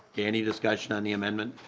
any discussion on the amendment?